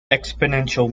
exponential